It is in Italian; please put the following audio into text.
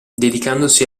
dedicandosi